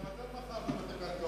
גם אתם מכרתם את הקרקעות.